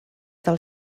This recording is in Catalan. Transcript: del